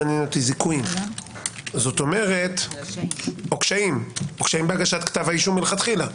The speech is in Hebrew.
מעניינים אותי זיכויים או קשיים בהגשת כתב אישום מלכתחילה.